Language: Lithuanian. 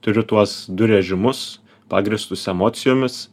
turiu tuos du režimus pagrįstus emocijomis